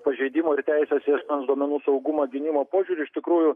pažeidimo ir teises ir duomenų saugumo gynimo požiūriu iš tikrųjų